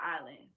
island